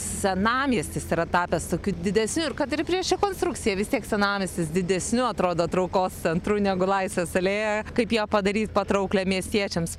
senamiestis yra tapęs tokiu didesniu ir kad ir prieš rekonstrukciją vis tiek senamiestis didesniu atrodo traukos centru negu laisvės alėja kaip ją padaryt patrauklią miestiečiams